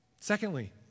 Secondly